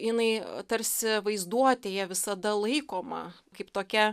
jinai tarsi vaizduotėje visada laikoma kaip tokia